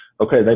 okay